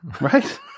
right